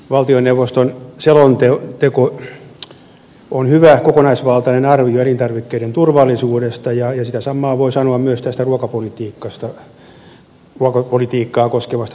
valtioneuvoston selonteko on hyvä kokonaisvaltainen arvio elintarvikkeiden turvallisuudesta ja sitä samaa voi sanoa myös tätä ruokapolitiikkaa koskevasta selonteosta